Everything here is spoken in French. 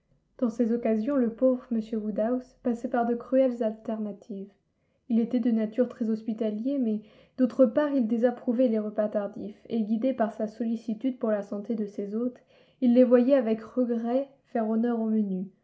dans ces occasions le pauvre m woodhouse passait par de cruelles alternatives il était de nature très hospitalier mais d'autre part il désapprouvait les repas tardifs et guidé par sa sollicitude pour la santé de ses hôtes il les voyait avec regret faire honneur au menu